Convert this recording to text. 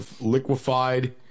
liquefied